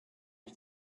ich